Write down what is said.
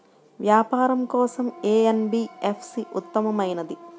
వ్యాపారం కోసం ఏ ఎన్.బీ.ఎఫ్.సి ఉత్తమమైనది?